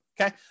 okay